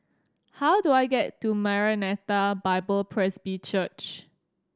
how do I get to Maranatha Bible Presby Church